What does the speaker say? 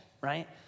right